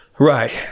Right